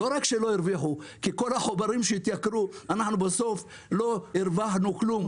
לא רק שלא הרוויחו כי כל החומרים התייקרו ולא הרווחנו כלום בסוף.